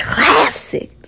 Classic